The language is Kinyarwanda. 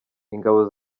ingabo